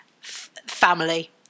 family